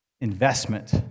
investment